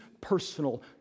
personal